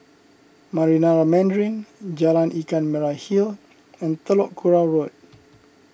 Marina Mandarin Jalan Ikan Merah Hill and Telok Kurau Road